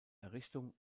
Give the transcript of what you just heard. errichtung